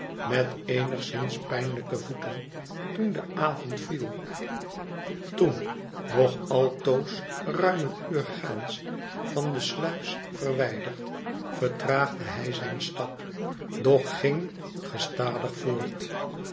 met eenigszins pijnlijke voeten toen de avond viel toen nog altoos ruim een uur gaans van de sluis verwijderd vertraagde hij zijn stap doch ging gestadig voort